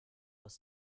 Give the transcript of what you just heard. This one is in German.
aus